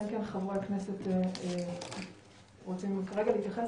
אלא אם כן חברי הכנסת רוצים כרגע להתייחס.